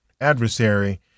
adversary